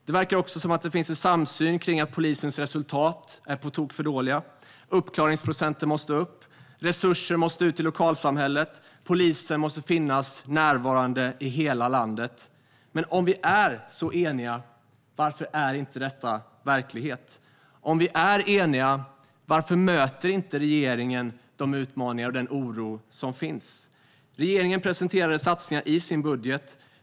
Det verkar också som att det finns en samsyn om att polisens resultat är på tok för dåliga. Uppklaringsprocenten måste upp. Resurser måste ut till lokalsamhället. Polisen måste finnas närvarande i hela landet. Om vi är så eniga: Varför är inte detta verklighet? Om vi är eniga: Varför möter inte regeringen de utmaningar och den oro som finns? Regeringen presenterade satsningar i sin budget.